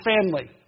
family